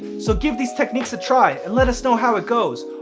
so give these techniques a try and let us know how it goes.